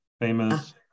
famous